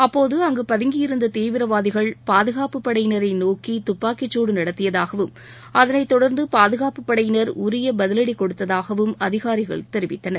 அப்போது அங்கு பதங்கியிருந்த தீவிரவாதிகள் பாதுகாப்புப்படையினரை நோக்கி துப்பாக்கிச்சூடு நடத்தியதாகவும் அதனை தொடர்ந்து பாதுகாப்புப்படையினர் உரிய பதிலடி கொடுத்ததாகவும் அதிகாரிகள் தெரிவித்தனர்